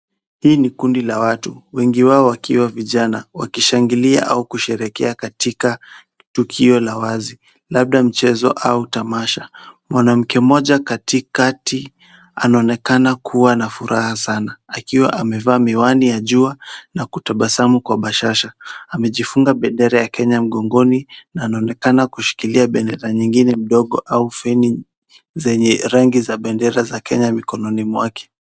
Hii ni kundi la watu, wengi wao wakiwa vijana, wakishangilia au kusherekea katika tukio la wazi, labda mchezo au tamasha. Mwanamke mmoja katikati anaonekana kuwa na furaha sana, akiwa amevaa miwani ya jua na kutabasamu kwa bashasha, amejifunga bendera ya Kenya mgongoni, na anaonekana kushikilia bendera nyingine ndogo au feni zenye rangi za bendera za Kenya mikononi mwake.